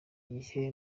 gihe